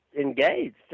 engaged